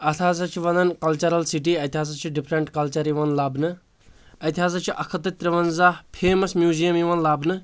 اتھ ہسا چھِ ونان کلچرل سٹی اتہِ ہسا چھِ ڈفرینٛٹ کلچر یِوان لبنہٕ اتہِ ہسا چھِ اکھ ہتھ تہٕ ترٕٛونزہ فیمس میوزیم یِوان لبنہٕ